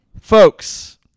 Folks